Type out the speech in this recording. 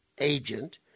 agent